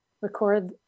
record